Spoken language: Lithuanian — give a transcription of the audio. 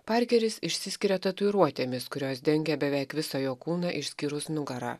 parkeris išsiskiria tatuiruotėmis kurios dengia beveik visą jo kūną išskyrus nugarą